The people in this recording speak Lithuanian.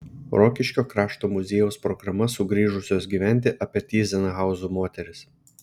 rokiškio krašto muziejaus programa sugrįžusios gyventi apie tyzenhauzų moteris